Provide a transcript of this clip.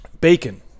bacon